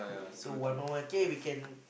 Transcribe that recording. so one more month K we can